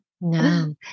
No